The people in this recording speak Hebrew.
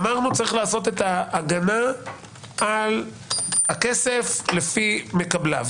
אמרנו שצריך לעשות הגנה על הכסף לפי מקבליו.